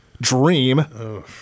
dream